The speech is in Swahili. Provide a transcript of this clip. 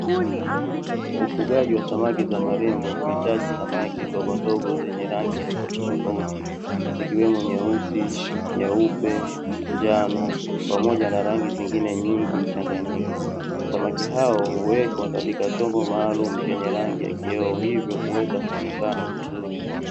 Ufugaji wa samaki za marembo huhitaji samaki ndogo ndogo zenye rangi tofauti tofauti, zikiwemo nyeusi, nyeupe, njano pamoja na rangi zingine nyingi mchanganyiko. Samaki hawa huwekwa katika chombo maalumu chenye rangi ya kioo, hivyo kuweza kuonekana vizuri.